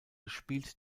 spielt